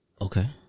Okay